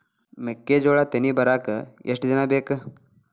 ಮೆಕ್ಕೆಜೋಳಾ ತೆನಿ ಬರಾಕ್ ಎಷ್ಟ ದಿನ ಬೇಕ್?